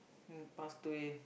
then he passed away